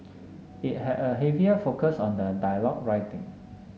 it had a heavier focus on the dialogue writing